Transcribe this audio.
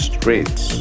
Streets